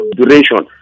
duration